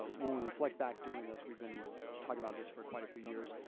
ah when we reflect back doing this, we've been talking about this for quite a few years.